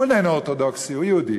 הוא איננו אורתודוקסי, הוא יהודי.